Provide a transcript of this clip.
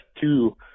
two